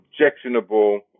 objectionable